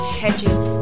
hedges